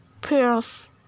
pearls